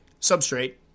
substrate